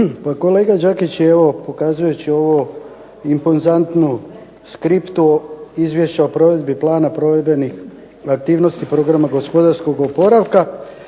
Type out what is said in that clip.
Kolega Đakić je evo pokazujući ovu impozantnu skriptu Izvješća o provedbi plana provedbenih aktivnosti Programa gospodarskog oporavka